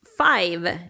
Five